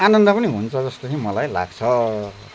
आनन्द पनि हुन्छ जस्तो चाहिँ मलाई लाग्छ